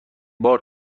بار